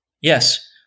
Yes